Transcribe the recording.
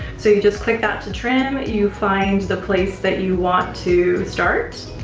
so you just click that to trim, you find the place that you want to start,